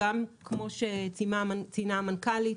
כפי שציינה המנכ"לית,